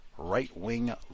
right-wing